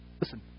Listen